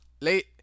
late